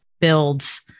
builds